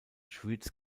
schwyz